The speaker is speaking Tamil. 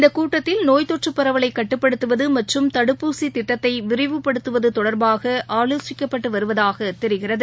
இந்தகூட்டத்தில் நோய் தொற்றுபரவலைகட்டுப்படுத்துவதுமற்றும் தடுப்பூசிதிட்டத்தைவிரிவுபடுத்துவதுதொடர்பாகஆலோசிக்கப்பட்டுவருவதாகதெரிகிறது